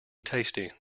tasty